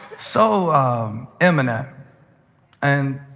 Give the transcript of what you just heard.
so imminent and